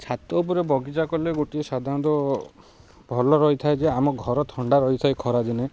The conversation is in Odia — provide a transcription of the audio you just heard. ଛାତ ଉପରେ ବଗିଚା କଲେ ଗୋଟିଏ ସାଧାରଣତଃ ଭଲ ରହିଥାଏ ଯେ ଆମ ଘର ଥଣ୍ଡା ରହିଥାଏ ଖରାଦିନେ